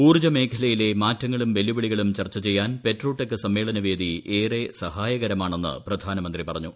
ഊർജ്ജ മേഖലയിലെ മാറ്റങ്ങളും വെല്ലുവിളികളും ചർച്ച ചെയ്യാൻ പെട്രോ ടെക് സമ്മേളനവേദി ഏറെ സഹായകരമാണെന്ന പ്രധാനമന്ത്രി പറഞ്ഞു